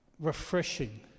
refreshing